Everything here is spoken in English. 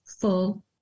full